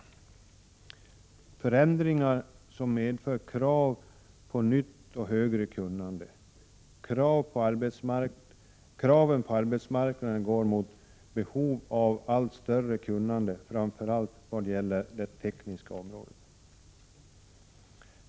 Dessa förändringar medför krav på nytt och större kunnande. Kraven på arbetsmarknaden går mot behov av allt större kunnande, framför allt vad gäller det tekniska området.